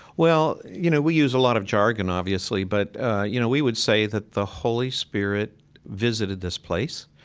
well, you know, we use a lot of jargon, obviously, but you know, we would say that the holy spirit visited this place,